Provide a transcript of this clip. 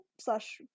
slash